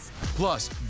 plus